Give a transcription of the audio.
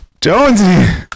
Jonesy